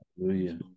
Hallelujah